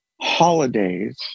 holidays